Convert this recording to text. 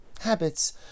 Habits